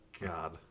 god